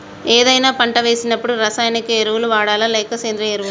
ఏదైనా పంట వేసినప్పుడు రసాయనిక ఎరువులు వాడాలా? లేక సేంద్రీయ ఎరవులా?